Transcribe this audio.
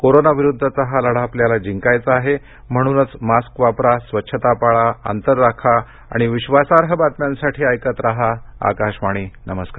कोरोनाविरुद्वचा हा लढा आपल्याला जिंकायचा आहे म्हणूनच मास्क वापरा स्वच्छता पाळा अंतर राखा आणि विक्वासार्ह बातम्यांसाठी ऐकत रहा आकाशवाणी नमस्कार